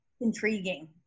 Intriguing